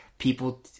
people